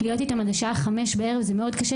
להיות איתם עד לשעה 17:00 זה מאוד קשה,